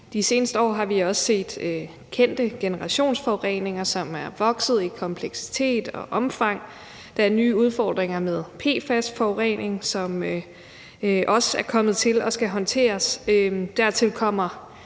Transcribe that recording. De seneste år har vi også set kendte generationsforureninger, som er vokset i kompleksitet og omfang. Der er nye udfordringer med PFAS-forurening, som også er kommet til og skal håndteres. Dertil kommer